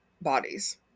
bodies